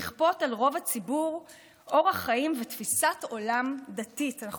לכפות על רוב הציבור אורח חיים דתי ותפיסת עולם דתית.